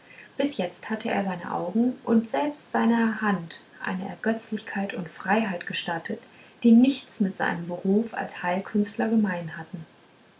bis jetzt hatte er seinen augen und selbst seiner hand eine ergötzlichkeit und freiheit gestattet die nichts mit seinem behuf als heilkünstler gemein hatten